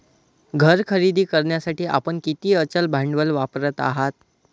घर खरेदी करण्यासाठी आपण किती अचल भांडवल वापरत आहात?